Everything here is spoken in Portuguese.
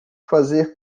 fazer